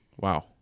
Wow